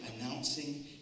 announcing